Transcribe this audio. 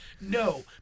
No